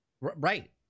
Right